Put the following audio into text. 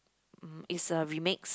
mm it's a remix